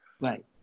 Right